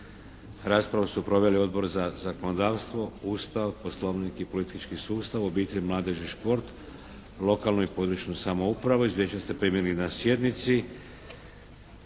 Raspravu su proveli Odbor za zakonodavstvo, Ustav, Poslovnik i politički sustav, obitelj, mladež i šport, lokalnu i područnu samoupravu. Izvješće ste primili na sjednici.